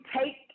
take